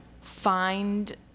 find